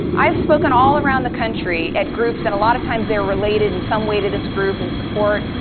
i've spoken all around the country at groups and a lot of times they are related in some way to this group in support.